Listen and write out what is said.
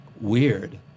weird